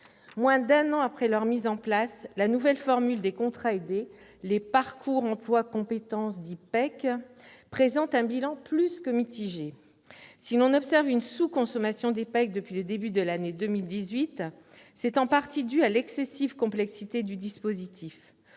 Moins d'un an après sa mise en place, la nouvelle formule de contrats aidés, les parcours emploi compétences, dits PEC, présente un bilan plus que mitigé. Si l'on observe une sous-consommation des PEC depuis le début de cette année, c'est en partie dû à l'excessive complexité du dispositif.